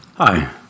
Hi